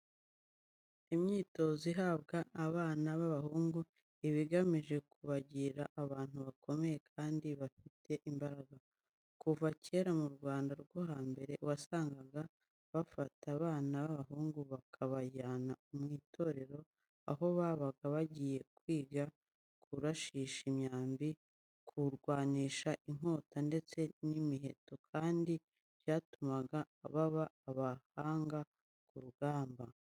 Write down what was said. Imyitozo ihabwa abana b'abahungu, iba igamije kubagira abantu bakomeye kandi bafite imbaraga. Kuva kera mu Rwanda rwo hambere wasangaga bafata abana b'abahungu bakabajyana mu itorero, aho babaga bagiye kwiga kurashisha imyambi, kurwanisha inkota ndetse n'imiheto kandi byatumaga baba abahanga ku rugamba.